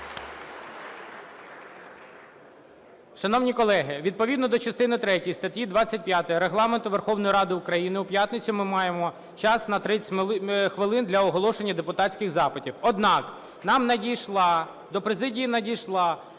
Шановні колеги, відповідно до частини третьої статті 25 Регламенту Верховної Ради України у п'ятницю ми маємо час на 30 хвилин для оголошення депутатських запитів. Однак, нам надійшла, до президії надійшло